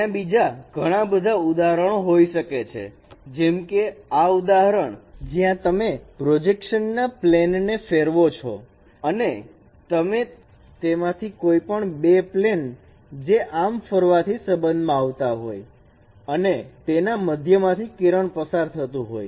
ત્યાં બીજા ઘણા ઉદાહરણ હોઈ શકે છે જેમ કે આ ઉદાહરણ જ્યાં તમે પ્રોજેક્શન ના પ્લેન ને ફેરવો છો અને તમે તેમાંથી કોઈપણ બે પ્લેન જે આમ ફરવા થી સંબંધ માં આવતા હોય અને તેના મધ્યમાંથી કિરણ પસાર થતું હોય